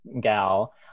gal